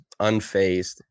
unfazed